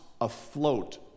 afloat